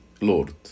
lord